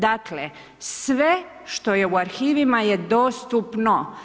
Dakle, sve što je u arhivima je dostupno.